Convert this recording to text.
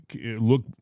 look